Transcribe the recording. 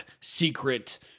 secret